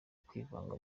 kwivanga